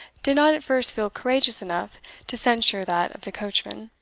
did not at first feel courageous enough to censure that of the coachman.